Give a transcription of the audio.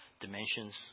dimensions